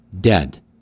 dead